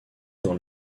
dans